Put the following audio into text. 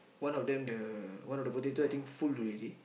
one of them the one of the potato I think full already